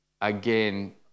again